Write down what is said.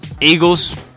Eagles